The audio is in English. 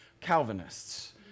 Calvinists